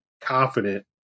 confident